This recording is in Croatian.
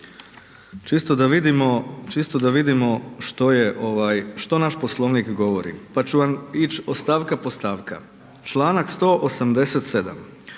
čisto da vidimo što naš Poslovnik govori. Pa ću vam ići od stavka do stavka. Članak 187.: